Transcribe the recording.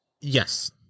Yes